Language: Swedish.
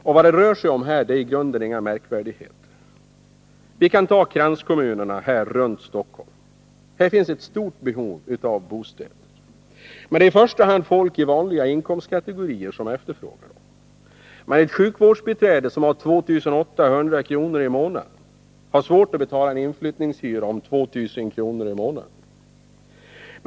Vad det här rör sig om är i grunden inga märkvärdigheter. Vi kan ta Stockholms kranskommuner, där det finns ett stort behov av bostäder. Det är emellertid i första hand folk i de vanliga inkomstskikten som efterfrågar bostäder. Ett sjukvårdsbiträde, som tjänar 2 800 kr. i månaden, har svårt att betala en hyra på 2 000 i månaden.